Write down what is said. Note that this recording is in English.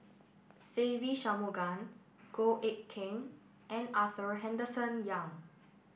Se Ve Shanmugam Goh Eck Kheng and Arthur Henderson Young